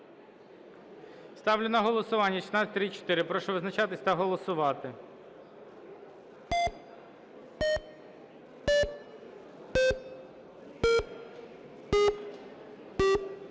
Ставлю на голосування. Прошу визначатись та голосувати.